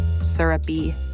syrupy